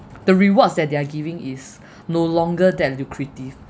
the rewards that they're giving is no longer than lucrative